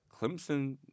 Clemson